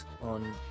on